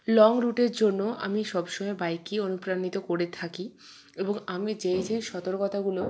long রুটের জন্য আমি সবসময় বাইকই অনুপ্রাণিত করে থাকি এবং আমি যে যে সতর্কতাগুলো